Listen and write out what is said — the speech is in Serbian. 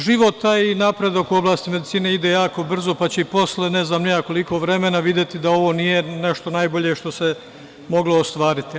Život i napredak u oblasti medicine ide jako brzo, pa će i posle ne znam ni ja koliko vremena videti da ovo nije nešto najbolje što se moglo ostvariti.